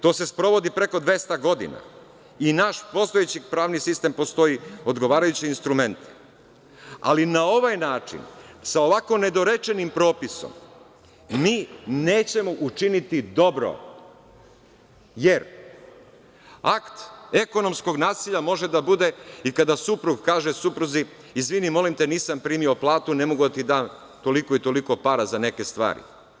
To se sprovodi preko 200 godina i naš postojeći pravni sistem postoji odgovarajući instrument, ali na ovaj način, sa ovako nedorečenim propisom, mi nećemo učiniti dobro, jer akt ekonomskog nasilja može da bude kada suprug kaže supruzi, izvini molim te nisam primio platu, ne mogu da ti dam toliko i toliko para za neke stvari.